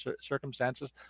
circumstances